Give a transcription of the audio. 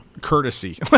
courtesy